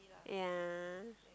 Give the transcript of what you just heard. ya